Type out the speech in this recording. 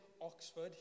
Oxford